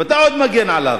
ואתה עוד מגן עליו.